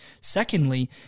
Secondly